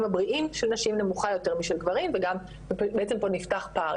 הבריאים של נשים נמוכה יותר משל גברים ובעצם נפתח פער.